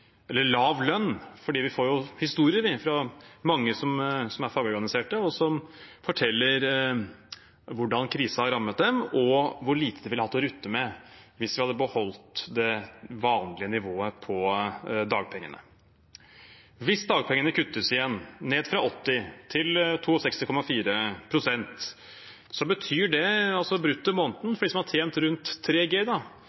lav lønn. Vi får historier fra mange som er fagorganiserte, som forteller hvordan krisen har rammet dem, og hvor lite de ville hatt å rutte med hvis vi hadde beholdt det vanlige nivået på dagpengene. Hvis dagpengene kuttes igjen, fra 80 til 62,4 pst., betyr det